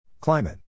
Climate